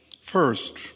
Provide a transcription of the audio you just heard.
First